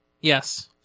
Yes